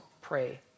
pray